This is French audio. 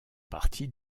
partie